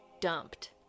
dumped